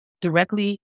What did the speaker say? directly